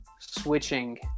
switching